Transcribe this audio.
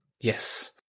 yes